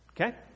Okay